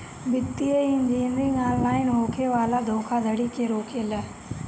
वित्तीय engineering online होखे वाला धोखाधड़ी के रोकेला